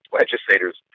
legislators